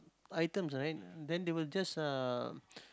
items right then they will just uh